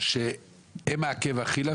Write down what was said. שהם עקב אכילס.